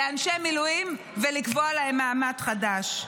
על אנשי מילואים ולקבוע להם מעמד חדש.